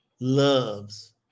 loves